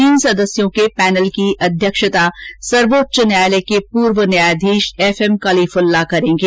तीन सदस्यों के पैनल की अध्यक्षता सर्वोच्च न्यायालय के पूर्व न्यायाधीश एफ एम कलीफ़ल्ला करेंगे